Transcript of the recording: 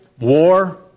war